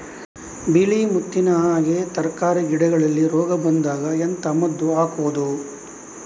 ಬಿಳಿ ಮುತ್ತಿನ ಹಾಗೆ ತರ್ಕಾರಿ ಗಿಡದಲ್ಲಿ ರೋಗ ಬಂದಾಗ ಎಂತ ಮದ್ದು ಹಾಕುವುದು?